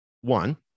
one